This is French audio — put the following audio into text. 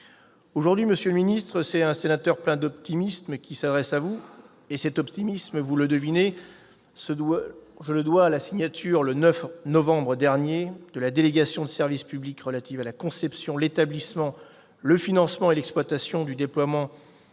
Aujourd'hui, monsieur le secrétaire d'État, c'est un sénateur plein d'optimisme qui s'adresse à vous. Cet optimisme, vous le devinez, je le dois à la signature le 9 novembre dernier, en votre présence, de la délégation de service public relative à la conception, l'établissement, le financement et l'exploitation du déploiement